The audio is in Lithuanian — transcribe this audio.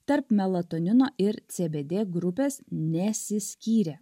tarp melatonino ir cbd grupės nesiskyrė